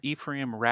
Ephraim